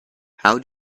how